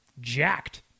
jacked